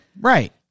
Right